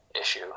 issue